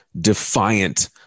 defiant